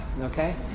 Okay